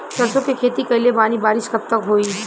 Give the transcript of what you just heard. सरसों के खेती कईले बानी बारिश कब तक होई?